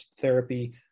therapy